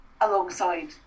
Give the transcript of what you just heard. alongside